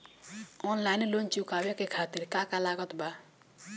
Online loan चुकावे खातिर का का लागत बा?